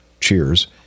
Cheers